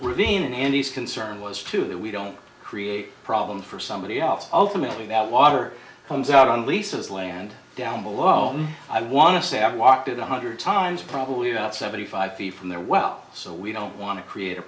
ravine and he's concerned was too that we don't create a problem for somebody else ultimately that water comes out on leases land down below i want to say i've walked it one hundred times probably about seventy five feet from there well so we don't want to create a